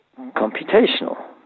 computational